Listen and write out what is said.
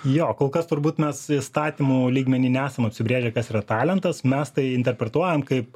jo kol kas turbūt mes įstatymo lygmeny nesam apsibrėžę kas yra talentas mes tai interpretuojam kaip